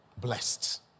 Blessed